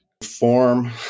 form